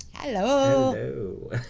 Hello